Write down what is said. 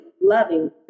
loving